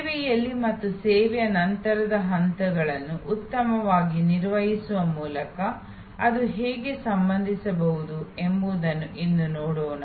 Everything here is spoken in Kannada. ಸೇವೆಯಲ್ಲಿ ಮತ್ತು ಸೇವೆಯ ನಂತರದ ಹಂತಗಳನ್ನು ಉತ್ತಮವಾಗಿ ನಿರ್ವಹಿಸುವ ಮೂಲಕ ಅದು ಹೇಗೆ ಸಂಭವಿಸಬಹುದು ಎಂಬುದನ್ನು ಇಂದು ನೋಡೋಣ